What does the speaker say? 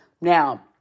Now